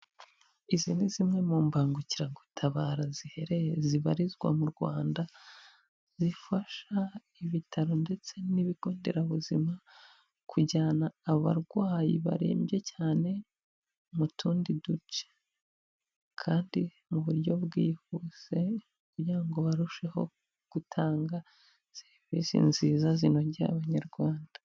Izi ni zimwe mu mbangukiragutabara zibarizwa mu Rwanda, zifasha ibitaro ndetse n'ibigo nderabuzima kujyana abarwayi barembye cyane mu tundi duce kandi mu buryo bwihuse kugira ngo barusheho gutanga serivisi nziza zinogeye abanyarwanda.